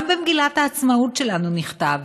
גם במגילת העצמאות שלנו נכתב: